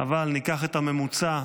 אבל ניקח את הממוצע,